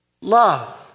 Love